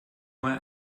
einmal